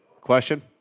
Question